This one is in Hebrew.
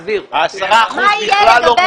מה יהיה לגבי